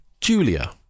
julia